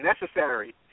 necessary